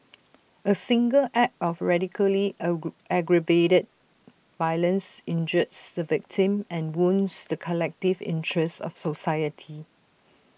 A single act of racially aggravated violence injures the victim and wounds the collective interests of society